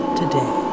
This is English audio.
today